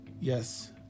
Yes